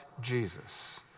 Jesus